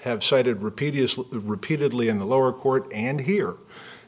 have cited repeated repeatedly in the lower court and here